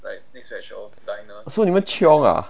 so 你们 chiong ah